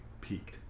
peaked